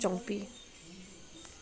ꯆꯣꯡꯄꯤ